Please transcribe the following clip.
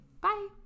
bye